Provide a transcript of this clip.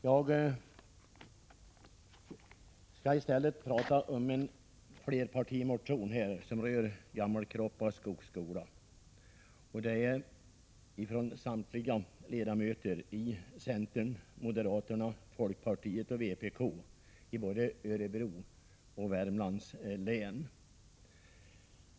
Jag skall i stället prata om en flerpartimotion, nr 609, som rör Gammelkroppa skogsskola från samtliga ledamöter i centern, moderaterna, folkpartiet och vpk i både Örebro och Värmlands län.